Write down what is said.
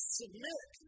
submit